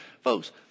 Folks